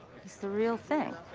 he's the real thing.